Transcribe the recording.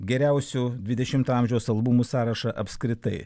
geriausių dvidešimto amžiaus albumų sąrašą apskritai